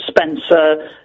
Spencer